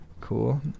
cool